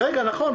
נכון,